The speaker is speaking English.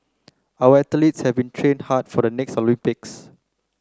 our athletes have been training hard for the next Olympics